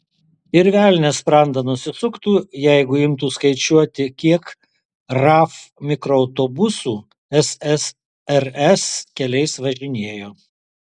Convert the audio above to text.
ir velnias sprandą nusisuktų jeigu imtų skaičiuoti kiek raf mikroautobusų ssrs keliais važinėjo